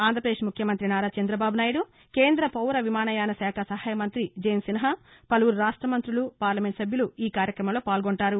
ఆంధ్రాపదేశ్ ముఖ్యమంత్రి నారా చంద్రబాబు నాయుడు కేంద్ర పౌర విమానయాన శాఖ సహాయ మంతి జయంత్ సిన్హా పలువురు రాష్ట్ర మంతులు పార్లమెంటు సభ్యులు ఈ కార్యక్రమంలో పాల్గొంటారు